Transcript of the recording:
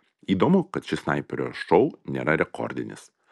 įdomu kad šis snaiperio šou nėra rekordinis